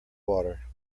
water